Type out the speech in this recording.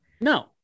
No